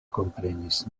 komprenis